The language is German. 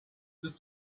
ist